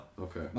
Okay